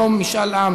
יום משאל עם,